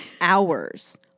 hours